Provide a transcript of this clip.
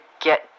get